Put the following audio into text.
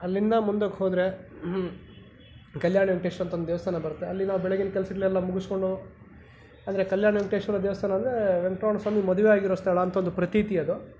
ಅಲ್ಲಿಂದ ಮುಂದಕ್ಕೆ ಹೋದರೆ ಕಲ್ಯಾಣ ವೆಂಕಟೇಶ್ವರ ಅಂತ ಒಂದು ದೇವಸ್ಥಾನ ಬರುತ್ತೆ ಅಲ್ಲಿ ನಾವು ಬೆಳಗಿನ ಕೆಲ್ಸಗಳೆಲ್ಲ ಮುಗಿಸ್ಕೊಂಡು ಅಂದರೆ ಕಲ್ಯಾಣ ವೆಂಕಟೇಶ್ವರ ದೇವಸ್ಥಾನ ಅಂದರೆ ವೆಂಕಟ್ರಮಣ ಸ್ವಾಮಿ ಮದುವೆ ಆಗಿರೋ ಸ್ಥಳ ಅಂತ ಒಂದು ಪ್ರತೀತಿ ಅದು